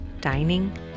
dining